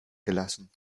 gelassen